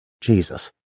Jesus